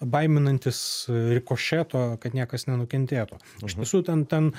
baiminantis rikošeto kad niekas nenukentėtų iš tiesų ten ten